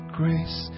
grace